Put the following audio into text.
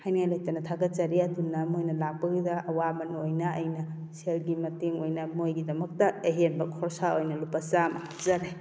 ꯍꯥꯏꯅꯤꯡꯉꯥꯏ ꯂꯩꯇꯅ ꯊꯥꯒꯠꯆꯔꯤ ꯑꯗꯨꯅ ꯃꯣꯏꯅ ꯂꯥꯛꯄꯗꯨꯗ ꯑꯋꯥꯃꯟ ꯑꯣꯏꯅ ꯑꯩꯅ ꯁꯦꯜꯒꯤ ꯃꯇꯦꯡ ꯑꯣꯏꯅ ꯃꯣꯏꯒꯤꯗꯃꯛꯇ ꯑꯍꯦꯟꯕ ꯈꯔꯣꯁꯥꯠ ꯑꯣꯏꯅ ꯂꯨꯄꯥ ꯆꯥꯝꯃ ꯍꯥꯞꯆꯔꯦ